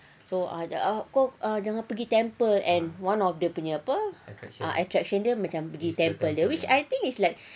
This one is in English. so ah kau jangan pergi temple and one of the dia punya apa attraction dia macam pergi temple which I think it's like